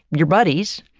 you're buddies,